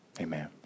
Amen